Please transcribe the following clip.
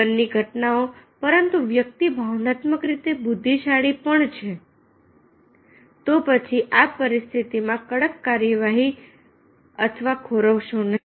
જીવનની ઘટનાઓ પરંતુ વ્યક્તિ ભાવનાત્મક રીતે બુદ્ધિશાળી પણ છે તો પછી આ પરિસ્થિતિમાં કડક કાર્યવાહી અથવા ખોરવાશો નહીં